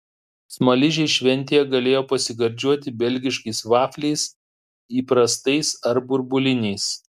smaližiai šventėje galėjo pasigardžiuoti belgiškais vafliais įprastais ar burbuliniais